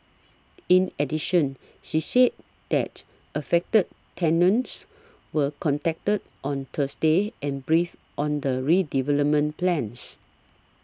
in addition she said that affected tenants were contacted on Thursday and briefed on the redevelopment plans